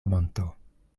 monto